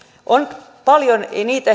on paljon niitä